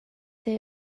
that